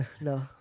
No